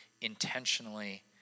intentionally